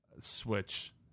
switch